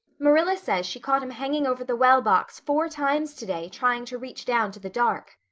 marilla says she caught him hanging over the well-box four times today, trying to reach down to the dark.